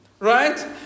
Right